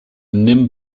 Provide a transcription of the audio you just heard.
nim